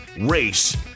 race